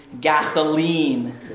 gasoline